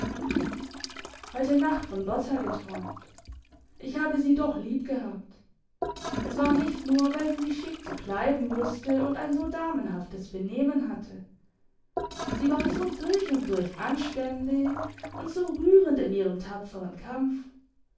heute nacht von berta geträumt ich habe sie doch lieb gehabt es war nicht nur weil sie sich schick zu kleiden wusste und ein so damenhaftes benehmen hatte sie war so durch und durch anständig und so rührend in ihrem tapfern kampf